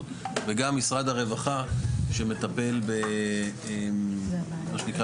וגם משרד הרווחה שמטפל במה שנקרא,